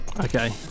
Okay